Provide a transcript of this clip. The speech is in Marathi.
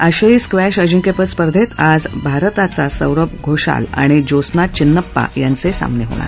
आशियाई स्क्वॅश अजिंक्यपद स्पर्धेत आज भारताचा सौरव घोसाल आणि ज्योत्स्ना चिन्नप्पा यांचे सामने होणार